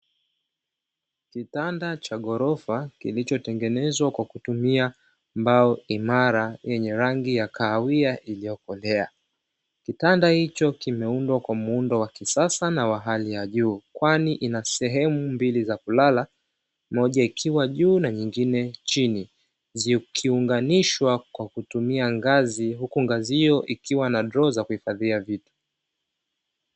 Kitanda cha ghorofa kilichotengenezwa kwa kutumia mbao imara yenye rangi ya kahawia iliyokolea. Kitanda hicho kimeundwa kwa muundo wa kisasa na wa hali ya juu kwani ina sehemu mbili za kulala moja ikiwa juu na nyingine chini zikiunganishwa kwa kutumia ngazi huku ngazi hizo ikiwa na droo za kuhifadhia vitu.